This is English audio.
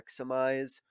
maximize